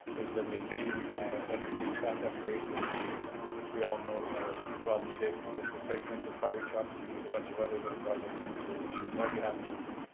there's the mccain center hvac upgrades which we which we all know are well needed. there's replacement of fire trucks and there's a bunch of other little projects on there, your worship. so i'd be happy to